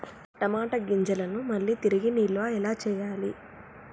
టమాట గింజలను మళ్ళీ తిరిగి నిల్వ ఎలా చేయాలి?